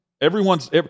Everyone's –